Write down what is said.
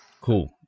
Cool